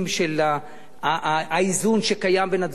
של האיזון שקיים בין הדברים,